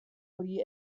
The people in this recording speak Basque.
hori